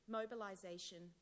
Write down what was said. mobilisation